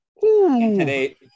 today